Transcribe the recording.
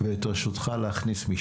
ואתה מרוויח פעמיים,